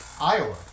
Iowa